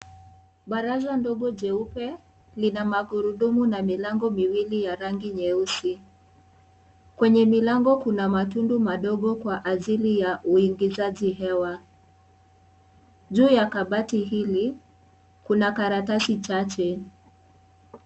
Baraza ndogo jeupe lina magurudumu na milango miwili ya rangi nyeusi kwenye milango kuna matundu madogo kwa ajili ya uingizaji hewa. Juu ya kabati hili kuna karatasi chache.